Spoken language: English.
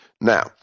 Now